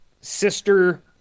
sister